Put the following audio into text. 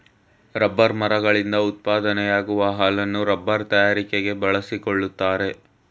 rubber ಮರಗಳಿಂದ ಉತ್ಪಾದನೆಯಾಗುವ ಹಾಲನ್ನು ರಬ್ಬರ್ ತಯಾರಿಕೆ ಬಳಸಿಕೊಳ್ಳುತ್ತಾರೆ